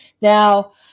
Now